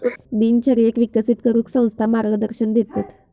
दिनचर्येक विकसित करूक संस्था मार्गदर्शन देतत